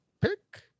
pick